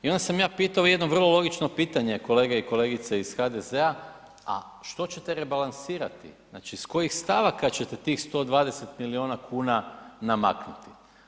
I onda sam ja pitao jedno vrlo logično pitanje kolegice i kolege iz HDZ-a, a što ćete rebalansirati, s kojih stavaka ćete tih 120 milijuna kuna namaknuti?